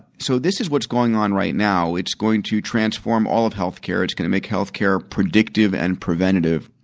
so, this is what is going on right now. it is going to transform all of healthcare. it is going to make healthcare predictive and preventative.